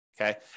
Okay